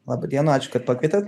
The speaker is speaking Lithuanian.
laba diena ačiū kad pakvietėt